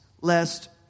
lest